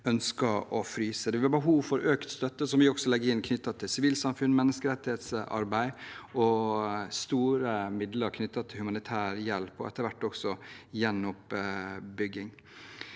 vil være behov for økt støtte, som vi også legger inn, til sivilsamfunn, menneskerettighetsarbeid og store midler til humanitær hjelp og etter hvert også gjenoppbygging.